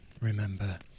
remember